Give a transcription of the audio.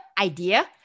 idea